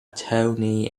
tony